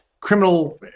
criminal